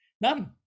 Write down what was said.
None